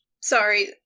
sorry